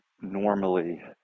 normally